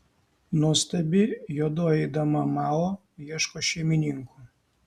nuostabi juodoji dama mao ieško šeimininkų